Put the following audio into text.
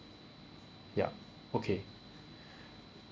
yup okay